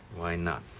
why not?